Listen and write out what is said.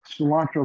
cilantro